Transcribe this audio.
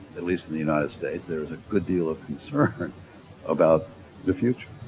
at least in the united states, there is a good deal of concern about the future.